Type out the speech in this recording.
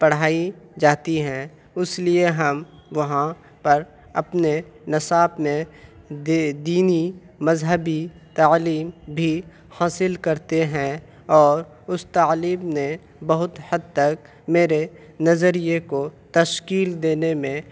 پڑھائی جاتی ہیں اس لیے ہم وہاں پر اپنے نصاب میں دینی مذہبی تعلیم بھی حاصل کرتے ہیں اور اس تعلیم نے بہت حد تک میرے نظریے کو تشکیل دینے میں